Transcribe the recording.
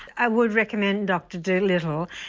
i would recommend doctor dolittle.